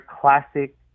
classic